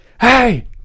Hey